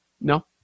No